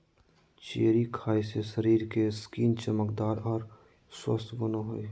cherry खाय से शरीर के स्किन चमकदार आर स्वस्थ बनो हय